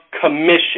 commission